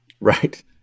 right